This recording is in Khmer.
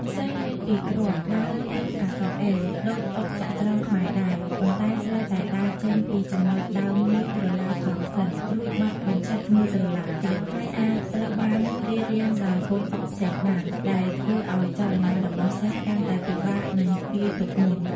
សេះ មានពីរគ្រាប់ ដើររាងអក្សរអិល ដូចអុកចត្រង្គខ្មែរដែរ ប៉ុន្តែត្រូវតែដើរចេញពីចំណុចដើមមួយក្រឡាត្រង់សិន រួចបត់បញ្ឆិតមួយក្រឡាទៀត ហើយអាចត្រូវបានរារាំងដោយកូនអុកផ្សេងបាន ដែលធ្វើឱ្យចលនារបស់សេះកាន់តែពិបាកនឹងទាយទុកមុន។